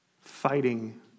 fighting